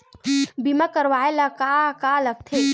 बीमा करवाय ला का का लगथे?